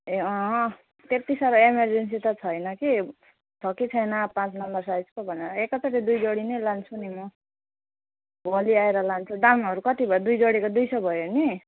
ए अँ त्यति साह्रो एमरजेन्सी त छैन कि छ कि छैन पाँच नम्बर साइजको भनेर एकैचोटि दुई जोडी नै लान्छु नि म भोलि आएर लान्छु दामहरू कति भयो दुई जोडीको दुई सय भयो नि